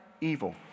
evil